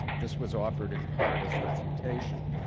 this was offered in part as refutation.